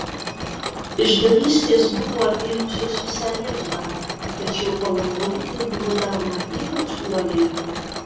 išdavystės buvo apėmusios visą lietuvą tačiau palangoje tai buvo daroma ypač uoliai